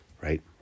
right